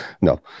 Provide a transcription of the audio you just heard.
no